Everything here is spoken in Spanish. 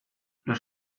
los